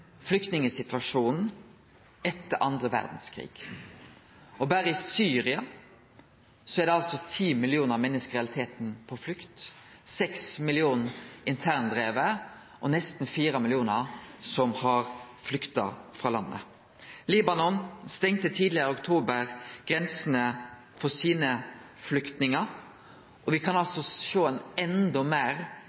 flyktningsituasjonen etter andre verdskrigen. Berre i Syria er i realiteten ti millionar menneske på flukt – seks millionar internt drivne, og nesten fire millionar som flyktar frå landet. Libanon stengde tidleg i oktober grensene sine for flyktningar. Me kan altså sjå ein enda meir